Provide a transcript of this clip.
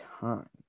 time